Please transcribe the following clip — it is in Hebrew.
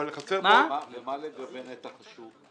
לגבי נתח השוק?